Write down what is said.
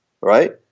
right